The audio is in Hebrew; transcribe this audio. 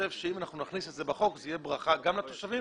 אם נכניס את זה בחוק זה יהיה ברכה גם לתושבים,